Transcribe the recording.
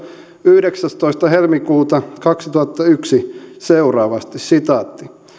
yhdeksästoista helmikuuta kaksituhattayksi seuraavasti